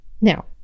Now